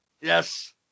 yes